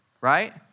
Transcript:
right